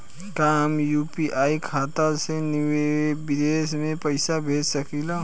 का हम यू.पी.आई खाता से विदेश में पइसा भेज सकिला?